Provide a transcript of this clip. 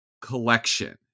Collection